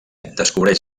descobreix